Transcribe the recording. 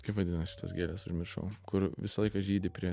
kaip vadinas šitos gėlės užmiršau kur visą laiką žydi prie